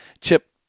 chip